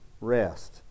rest